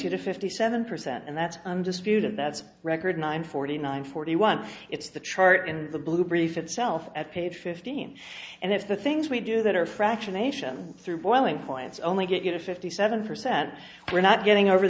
you to fifty seven percent and that's undisputed that's record nine forty nine forty one it's the chart in the blue brief itself at page fifteen and if the things we do that are fractionation through boiling points only get you to fifty seven percent we're not getting over